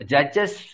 Judges